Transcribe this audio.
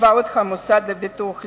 קצבאות המוסד לביטוח לאומי,